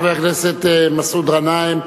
חבר הכנסת מסעוד גנאים,